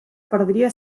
perdria